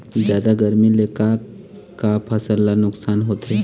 जादा गरमी ले का का फसल ला नुकसान होथे?